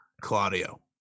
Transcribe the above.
Claudio